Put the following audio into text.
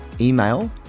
Email